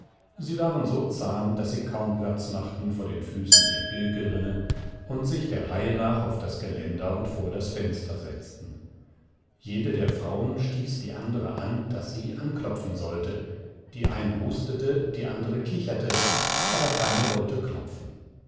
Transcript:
sie waren so zahm daß sie kaum platz machten vor den füßen der pilgerinnen und sich der reihe nach auf das geländer und vor das fenster setzten jede der frauen stieß die andere an daß sie anklopfen sollte die eine hustete die andere kicherte aber keine wollte klopfen